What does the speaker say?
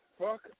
fuck